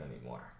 anymore